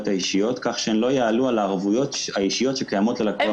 האישיות כך שהן לא יעלו על הערבויות האישיות שקיימות ללקוח.